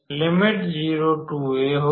तो यह होगा